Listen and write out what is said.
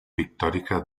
pictòrica